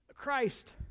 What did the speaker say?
Christ